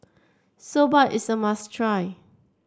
Soba is a must try